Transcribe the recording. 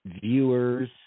viewers